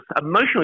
emotionally